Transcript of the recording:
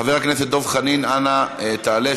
חבר הכנסת דב חנין, אנא, תעלה.